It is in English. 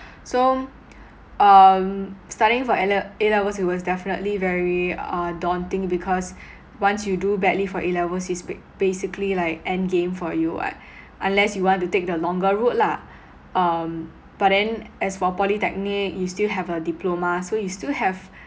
so um studying for A le~ A levels it was definitely very uh daunting because once you do badly for A levels it's ba~ it's basically like end game for you [what] unless you want to take the longer route lah um but then as for polytechnic you still have a diploma so you still have